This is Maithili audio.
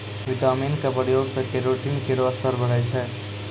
विटामिन क प्रयोग सें केरोटीन केरो स्तर बढ़ै छै